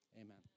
Amen